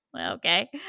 okay